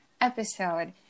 episode